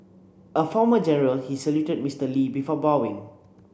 a former general he saluted Mister Lee before bowing